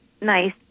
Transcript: nice